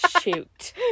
shoot